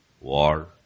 War